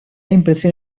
impresión